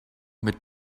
mit